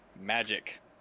Magic